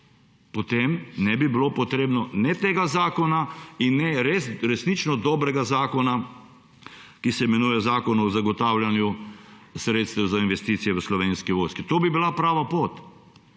potem ne bi bilo treba ne tega zakona in ne resnično dobrega zakona, ki se imenuje Zakon o zagotavljanju sredstev za investicije v Slovenski vojski. To bi bila prava pot.